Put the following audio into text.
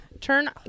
turn